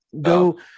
Go